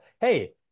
Hey